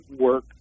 work